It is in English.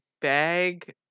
bag